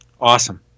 Awesome